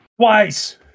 Twice